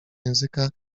języka